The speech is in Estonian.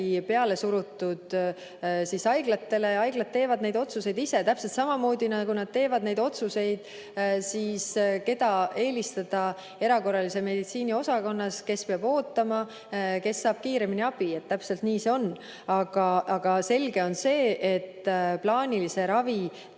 peale surutud haiglatele. Haiglad teevad neid otsuseid ise samamoodi, nagu nad teevad neid otsuseid, keda eelistada erakorralise meditsiini osakonnas: kes peab ootama, kes saab kiiremini abi. Täpselt nii see on. Ent on selge, et plaanilise ravi